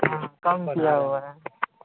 हाँ कम किया हुआ है